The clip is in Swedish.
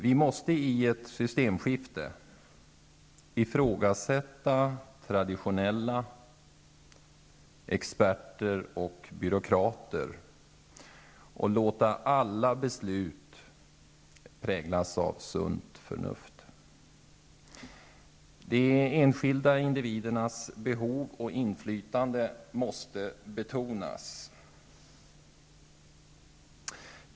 Vi måste i ett systemskifte ifrågasätta traditionella experters och byråkraters roller och låta alla beslut präglas av sunt förnuft. De enskilda individernas behov och inflytande måste betonas.